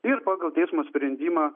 ir pagal teismo sprendimą